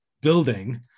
building